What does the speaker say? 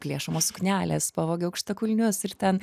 plėšomos suknelės pavogė aukštakulnius ir ten